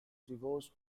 divorced